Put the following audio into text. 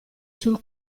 sul